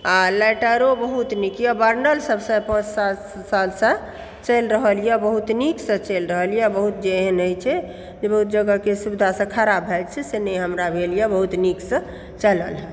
आ लाइटरो बहुत नीक यऽ बर्नरसभसँ साल पाँच सालसँ चलि रहलए बहुत नीकसँ चलि रहलए बहुत जे एहन होइत छै जे बहुत जगहके सुविधासँ खराब भए जायत छै से नहि हमरा भेल यऽ बहुत नीकसँ चलल हँ